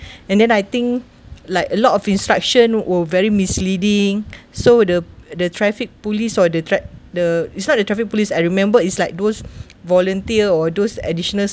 and then I think like a lot of instruction were very misleading so the the traffic police or the track the it's not the traffic police I remember is like those volunteer or those additional